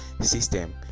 system